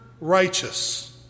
righteous